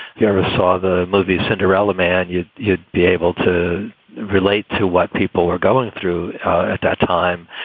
you ever saw the movie cinderella man? you'd you'd be able to relate to what people are going through at that time.